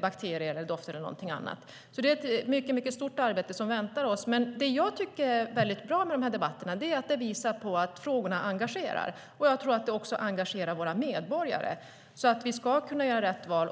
bakterier, dofter eller någonting annat. Det är alltså ett mycket stort arbete som väntar oss. Det som jag tycker är bra med dessa debatter är att de visar att frågorna engagerar. Jag tror att de också engagerar våra medborgare så att man ska kunna göra rätt val.